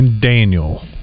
Daniel